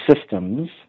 systems